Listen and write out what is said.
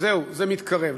זהו, זה מתקרב.